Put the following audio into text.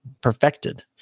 perfected